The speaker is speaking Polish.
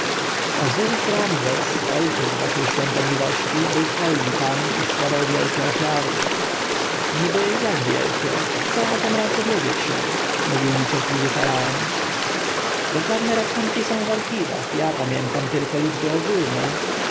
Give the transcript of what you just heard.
ojca ozyrys-ramzes ojciec waszej świątobliwości był hojny pan i składał wielikie ofiary niby jak wielkie chcę o tem raz dowiedzieć się mówił niecierpliwie faraon dokładne rachunki są w archiwach ja pamiętam tylko liczby ogólne